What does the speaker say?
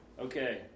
Okay